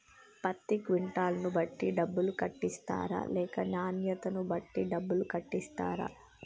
పత్తి క్వింటాల్ ను బట్టి డబ్బులు కట్టిస్తరా లేక నాణ్యతను బట్టి డబ్బులు కట్టిస్తారా?